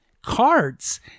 cards